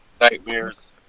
Nightmares